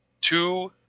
two